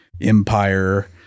Empire